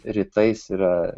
rytai yra